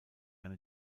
eine